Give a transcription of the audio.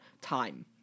time